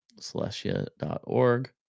Celestia.org